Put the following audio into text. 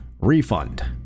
refund